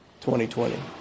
2020